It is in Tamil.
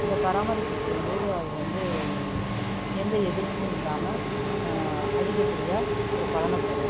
இந்த பராமரிப்பு செய்யும் போது அது வந்து எந்த எதிர்ப்பும் இல்லாமல் அதிகப்படியாக ஒரு பலனை தரும்